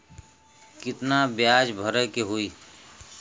कितना ब्याज भरे के होई?